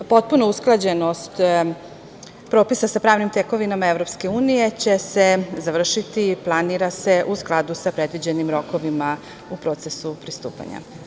Potpuna usklađenost propisa sa pravnim tekovinama EU će se završiti, planira se, u skladu sa predviđenim rokovima u procesu pristupanja.